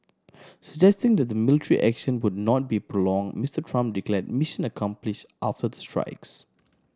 suggesting that the military action would not be prolonged Mister Trump declared mission accomplished after the strikes